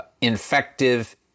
infective